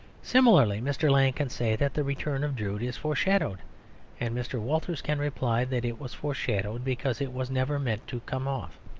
similarly mr. lang can say that the return of drood is foreshadowed and mr. walters can reply that it was foreshadowed because it was never meant to come off.